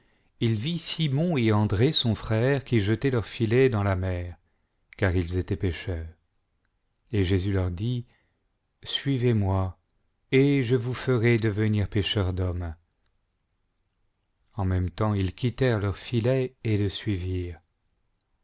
il vit simon et andré son frère qui jetaient leurs filets dans la mer car ils étaient pêcheurs et jésus leur dit suivezmoi et je vous ferai devenir pêcheurs d'hommes en même temps ils quittèrent leurs filets et le suivirent